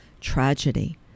tragedy